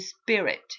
spirit